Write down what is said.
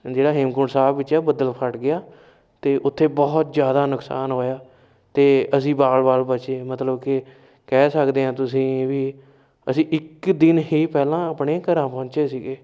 ਜਿਹੜਾ ਹੇਮਕੁੰਡ ਸਾਹਿਬ ਵਿੱਚ ਬੱਦਲ ਫਟ ਗਿਆ ਅਤੇ ਉੱਥੇ ਬਹੁਤ ਜ਼ਿਆਦਾ ਨੁਕਸਾਨ ਹੋਇਆ ਅਤੇ ਅਸੀਂ ਵਾਲ ਵਾਲ ਬਚੇ ਮਤਲਬ ਕਿ ਕਹਿ ਸਕਦੇ ਹਾਂ ਤੁਸੀਂ ਵੀ ਅਸੀਂ ਇੱਕ ਦਿਨ ਹੀ ਪਹਿਲਾਂ ਆਪਣੇ ਘਰਾਂ ਪਹੁੰਚੇ ਸੀਗੇ